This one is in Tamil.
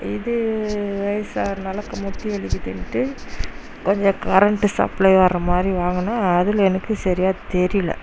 இது வயதாகுறனால முட்டி வலிக்குதுன்ட்டு கொஞ்சம் கரண்ட்டு சப்ளை வர மாதிரி வாங்கினேன் அதில் எனக்கு சரியாக தெரியல